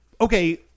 Okay